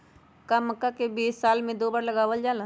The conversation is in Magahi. का मक्का के बीज साल में दो बार लगावल जला?